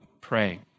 pray